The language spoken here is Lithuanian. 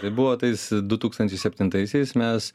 tai buvo tais du tūkstančiai septintaisiais mes